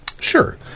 Sure